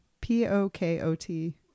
P-O-K-O-T